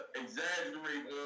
exaggerate